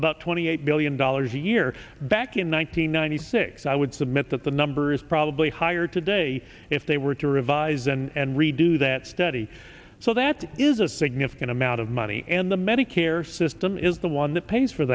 about twenty eight billion dollars a year back in one thousand nine hundred six i would submit that the number is probably higher today if they were to revise and redo that study so that is a significant amount of money and the medicare system is the one that pays for